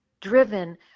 driven